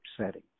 setting